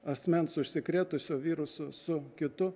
asmens užsikrėtusio virusu su kitu